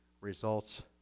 results